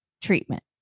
treatment